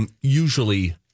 usually